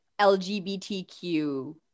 lgbtq